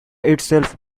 itself